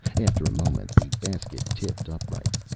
after a moment, the basket tipped upright.